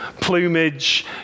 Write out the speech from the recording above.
plumage